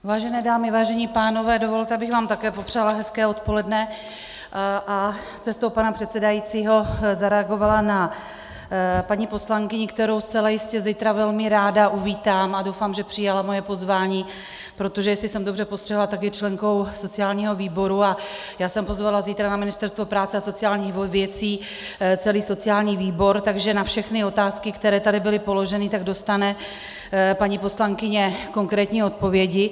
Vážené dámy, vážení pánové, dovolte, abych vám také popřála hezké odpoledne a cestou pana předsedajícího zareagovala na paní poslankyni, kterou zcela jistě zítra velmi ráda uvítám, a doufám, že přijala moje pozvání, protože jestli jsem dobře postřehla, tak je členkou sociálního výboru a já jsem pozvala na zítra na Ministerstvo práce a sociálních věcí celý sociální výbor, takže na všechny otázky, které tady byly položeny, dostane paní poslankyně konkrétní odpovědi.